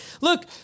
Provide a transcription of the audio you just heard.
look